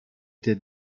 did